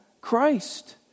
Christ